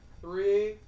three